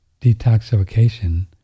detoxification